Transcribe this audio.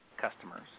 customers